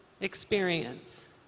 experience